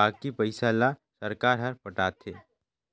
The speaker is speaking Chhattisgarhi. बाकी पइसा ल सरकार हर पटाथे